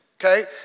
okay